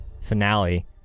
finale